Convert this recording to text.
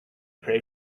pray